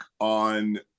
on